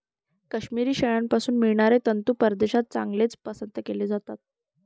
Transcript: काश्मिरी शेळ्यांपासून मिळणारे तंतू परदेशात चांगलेच पसंत केले जातात